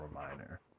reminder